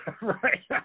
Right